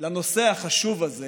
לנושא החשוב הזה